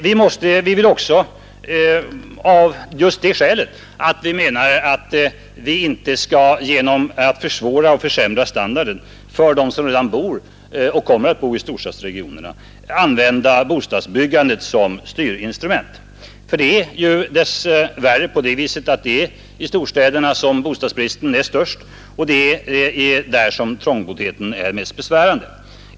Vi menar också att man inte skall använda bostadsbyggandet som styrinstrument för att minska inflyttningen. Ty det är ju dess värre på det sättet att det är i storstäderna som bostadsbristen är störst och trångboddheten som mest besvärande.